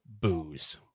booze